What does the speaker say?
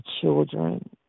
children